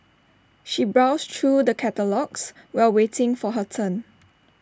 she browsed through the catalogues while waiting for her turn